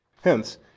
Hence